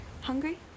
hungry